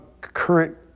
current